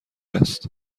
است